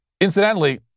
Incidentally